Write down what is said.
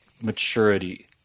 maturity